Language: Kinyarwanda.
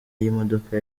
y’imodoka